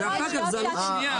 וההפך זה עלות שנייה.